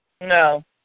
No